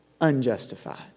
unjustified